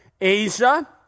Asia